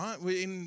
right